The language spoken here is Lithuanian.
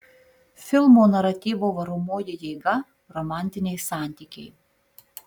filmo naratyvo varomoji jėga romantiniai santykiai